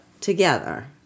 together